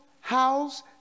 house